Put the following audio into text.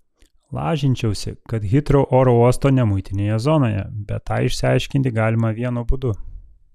lažinčiausi kad hitrou oro uosto nemuitinėje zonoje bet tą išsiaiškinti galima vienu būdu